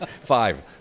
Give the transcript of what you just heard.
Five